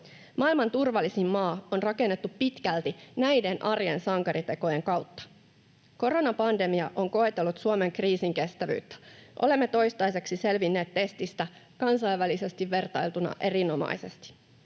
Maailman turvallisin maa on rakennettu pitkälti näiden arjen sankaritekojen kautta. Koronapandemia on koetellut Suomen kriisinkestävyyttä. Olemme toistaiseksi selvinneet testistä kansainvälisesti vertailtuna erinomaisesti.